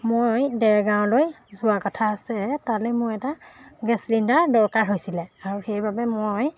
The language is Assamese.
মই ডেৰগাঁৱলৈ যোৱা কথা আছে তালৈ মোৰ এটা গেছ চিলিণ্ডাৰ দৰকাৰ হৈছিলে আৰু সেইবাবে মই